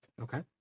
Okay